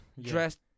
dressed